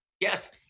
Yes